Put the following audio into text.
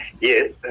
Yes